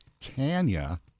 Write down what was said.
Tanya-